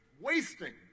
wasting